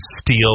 steal